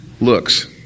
looks